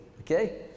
okay